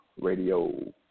radio